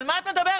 על מה את מדברת?